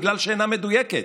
בגלל שאינה מדויקת.